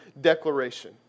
declaration